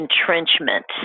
entrenchment